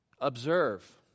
observe